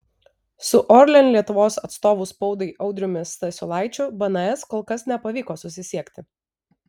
su orlen lietuvos atstovu spaudai audriumi stasiulaičiu bns kol kas nepavyko susisiekti